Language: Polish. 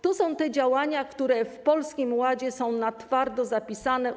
To są działania, które w Polskim Ładzie są twardo zapisane.